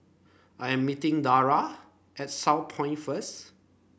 I am meeting Darell at Southpoint first